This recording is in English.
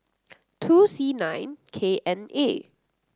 two C nine K N A